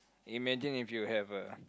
imagine if you have a